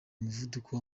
umuvuduko